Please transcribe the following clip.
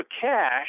cash